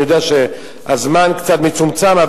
אני יודע שהזמן קצת מצומצם,